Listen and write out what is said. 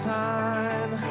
time